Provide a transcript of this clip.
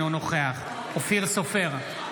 אינו נוכח אופיר סופר,